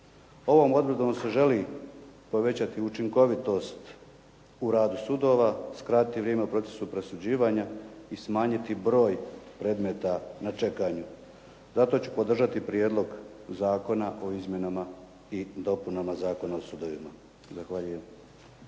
Ovom odredbom se želi povećati učinkovitost u radu sudova, skrati vrijeme u procesu presuđivanja i smanjiti broj predmeta na čekanju. Zato ću podržati Prijedlog zakona o izmjenama i dopunama Zakona o sudovima. Zahvaljujem.